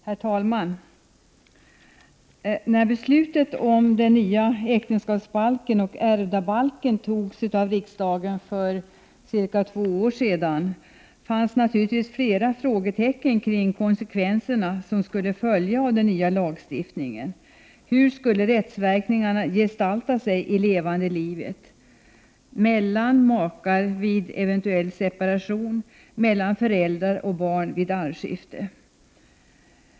Herr talman! När beslutet om den nya äktenskapsbalken och ärvdabalken fattades av riksdagen för två år sedan, fanns naturligtvis flera frågetecken kring konsekvenserna som skulle följa av den nya lagstiftningen. Hur skulle rättsverkningarna gestalta sig i levande livet — mellan makar vid eventuell separation och mellan föräldrar och barn vid arvsskifte?